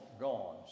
gone